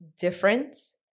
difference